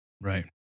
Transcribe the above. Right